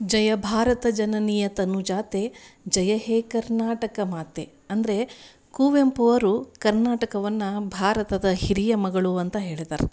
ಜಯ ಭಾರತ ಜನನಿಯ ತನುಜಾತೆ ಜಯಹೇ ಕರ್ನಾಟಕ ಮಾತೆ ಅಂದರೆ ಕುವೆಂಪು ಅವರು ಕರ್ನಾಟಕವನ್ನು ಭಾರತದ ಹಿರಿಯ ಮಗಳು ಅಂತ ಹೇಳಿದ್ದಾರೆ